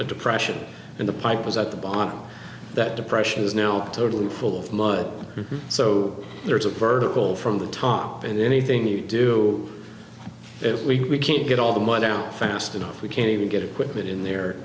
a depression in the pipe was at the bottom that depression is now totally full of mud so there is a vertical from the top and anything you do if we can't get all the mud down fast enough we can't even get acquitted in there